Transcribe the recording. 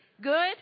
Good